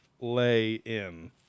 Lay-in